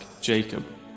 Jacob